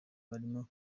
barimo